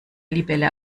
libelle